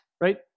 right